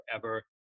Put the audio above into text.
forever